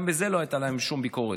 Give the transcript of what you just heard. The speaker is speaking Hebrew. גם בזה לא הייתה להם שום ביקורת.